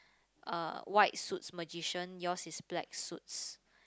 uh white suits magician yours is black suits